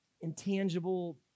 intangible